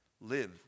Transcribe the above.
live